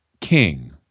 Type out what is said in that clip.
king